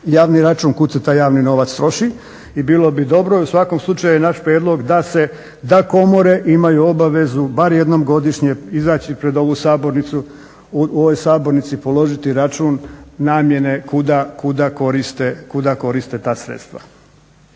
javni račun kud se taj javni novac troši i bilo bi dobro i u svakom slučaju je naš prijedlog da komore imaju obavezu bar jednom godišnje izaći pred ovu sabornicu, u ovoj sabornici položiti račun namjene kuda koriste ta sredstva.